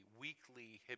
weekly